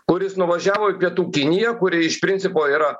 kuris nuvažiavo į pietų kiniją kuri iš principo yra